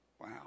Wow